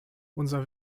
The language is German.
unser